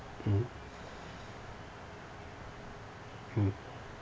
mmhmm mm